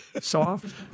Soft